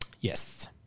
Yes